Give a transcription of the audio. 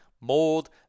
Mold